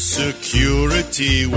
security